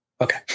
Okay